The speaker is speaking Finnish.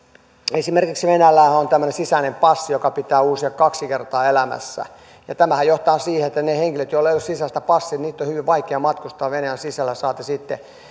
esimerkiksi venäjällähän on tämmöinen sisäinen passi joka pitää uusia kaksi kertaa elämässä ja tämähän johtaa siihen että niiden henkilöiden joilla ei ole sisäistä passia on hyvin vaikea matkustaa venäjän sisällä saati sitten